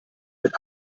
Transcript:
mit